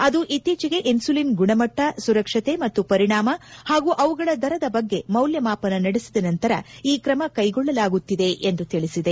ಅದು ಇತ್ತಿಚೆಗೆ ಇನ್ಸುಲಿನ್ ಗುಣಮಟ್ವ ಸುರಕ್ಷತೆ ಮತ್ತು ಪರಿಣಾಮ ಹಾಗೂ ಅವುಗಳ ದರದ ಬಗ್ಗೆ ಮೌಲ್ಯಮಾಪನ ನಡೆಸಿದ ನಂತರ ಈ ಕ್ರಮ ಕೈಗೊಳ್ಳಲಾಗುತ್ತಿದೆ ಎಂದು ತಿಳಿಸಿದೆ